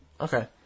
Okay